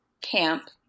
camp